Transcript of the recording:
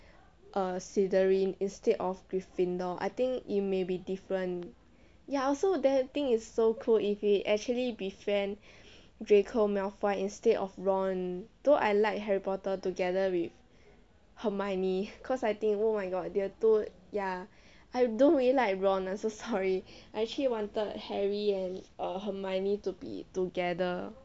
err slytherin instead of gryffindor I think it may be different ya I also think it's so cool if he befriend draco malfoy instead of ron though I like harry potter together with hermione cause I think oh my god the two ya I don't really like ron I'm so sorry I actually wanted harry potter and err hermione to be together